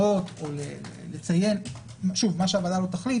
להורות מה שהוועדה לא תחליט